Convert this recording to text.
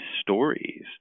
stories